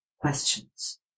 questions